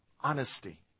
honesty